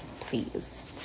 please